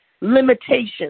limitations